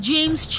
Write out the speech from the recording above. James